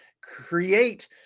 Create